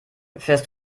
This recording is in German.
fährst